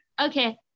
okay